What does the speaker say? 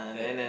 ya ya